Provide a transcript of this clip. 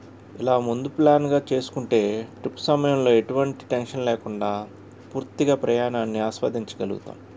ఇలా ముందు ప్లాన్గా చేసుకుంటే ట్రిప్ సమయంలో ఎటువంటి టెన్షన్ లేకుండా పూర్తిగా ప్రయాణాన్ని ఆస్వాదించగలుగుతాం